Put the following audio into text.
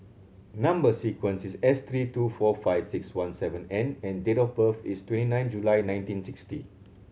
number sequence is S three two four five six one seven N and date of birth is twenty nine July nineteen sixty